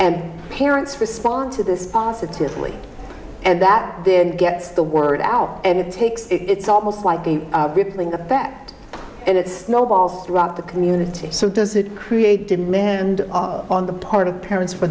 and parents respond to this positively and that then gets the word out and it takes it's almost like a rippling effect and it's not all throughout the community so does it create demand on the part of parents for